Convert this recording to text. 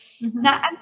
Now